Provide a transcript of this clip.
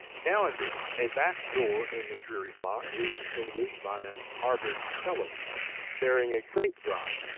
now and then, a back door in the dreary block is distinguished by an arbored trellis bearing a grape-vine,